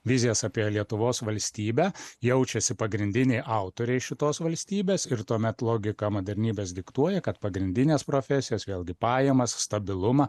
vizijas apie lietuvos valstybę jaučiasi pagrindiniai autoriai šitos valstybės ir tuomet logika modernybės diktuoja kad pagrindinės profesijos vėlgi pajamas stabilumą